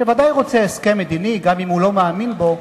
שוודאי רוצה הסכם מדיני, גם אם הוא לא מאמין בו,